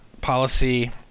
policy